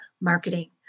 Marketing